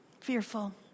Fearful